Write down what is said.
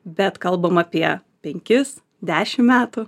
bet kalbam apie penkis dešim metų